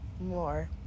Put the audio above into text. more